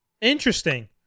Interesting